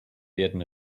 werden